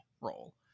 role